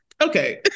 Okay